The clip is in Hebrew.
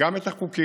גם את החוקים